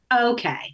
okay